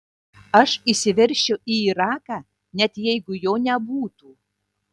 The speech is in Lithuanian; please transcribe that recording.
aš įsiveržčiau į iraką net jeigu jo nebūtų